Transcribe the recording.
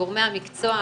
גורמי המקצוע,